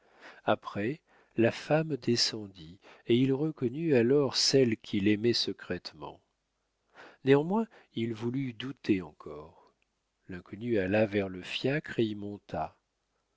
après la femme descendit et il reconnut alors celle qu'il aimait secrètement néanmoins il voulut douter encore l'inconnue alla vers le fiacre et y monta